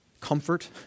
comfort